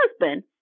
husband